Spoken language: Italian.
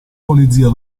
polizia